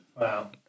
Wow